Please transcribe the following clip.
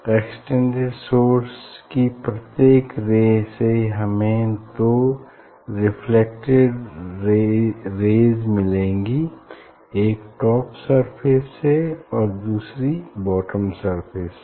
extended source की प्रत्येक ray से हमें दो रेफ्लेक्टेड रेज़ मिलेंगी एक टॉप सरफेस से और दूसरी बॉटम से